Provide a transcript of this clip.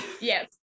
Yes